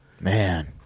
Man